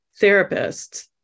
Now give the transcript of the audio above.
therapists